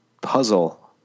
puzzle